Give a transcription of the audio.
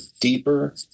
deeper